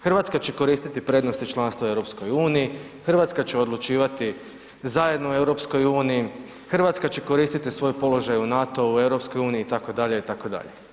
Hrvatska će koristiti prednosti članstva u EU, Hrvatska će odlučivati zajedno u EU, Hrvatska će koristiti svoj položaj u NATO-u, u EU itd., itd.